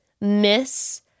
miss